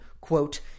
quote